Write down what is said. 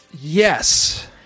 Yes